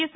yes